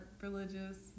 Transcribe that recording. religious